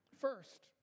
First